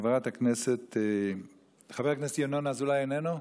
חבר הכנסת ינון אזולאי, איננו?